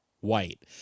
white